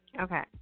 Okay